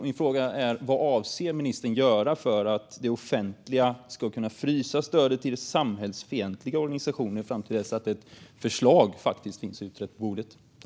Min fråga är: Vad avser ministern att göra för att det offentliga ska kunna frysa stödet till samhällsfientliga organisationer fram till dess att ett utrett förslag finns på bordet?